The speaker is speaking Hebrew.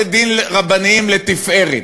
אתם הרי בניתם מערכת בתי-דין רבניים לתפארת,